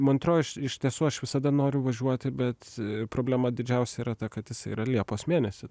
montro aš iš tiesų aš visada noriu važiuoti bet problema didžiausia yra ta kad jisai yra liepos mėnesį